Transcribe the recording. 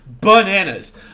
bananas